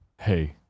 hey